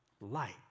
light